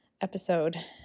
episode